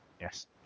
Yes